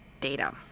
data